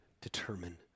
determine